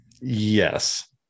yes